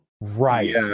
Right